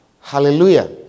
Hallelujah